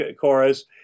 chorus